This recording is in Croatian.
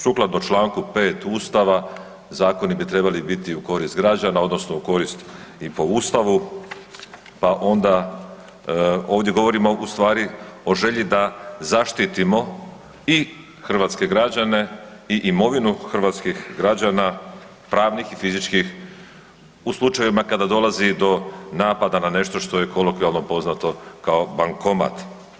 Sukladno članku 5. Ustava zakoni bi trebali biti u korist građana odnosno u korist i po Ustavu, pa onda ovdje govorimo ustvari o želji da zaštitimo i hrvatske građane i imovinu hrvatskih građana, pravnih i fizičkih u slučajevima kada dolazi do napada na nešto što je kolokvijalno poznato kao bankomat.